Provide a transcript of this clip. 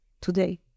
today